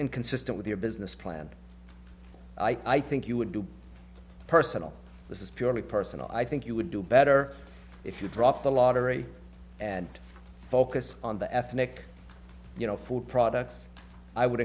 inconsistent with your business plan i think you would do personal this is purely personal i think you would do better if you drop the lottery and focus on the ethnic you know food products i would